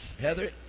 Heather